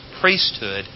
priesthood